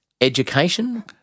education